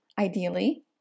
ideally